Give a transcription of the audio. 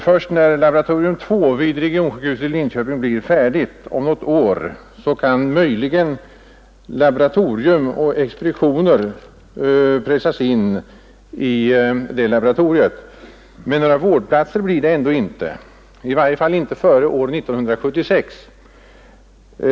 Först när laboratorium 2 vid regionsjukhuset i Linköping blir färdigt om något år kan möjligen laboratorium och expeditioner pressas in i det laboratoriet, men några vårdplatser blir det ändå inte, i varje fall inte före år 1976.